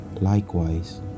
Likewise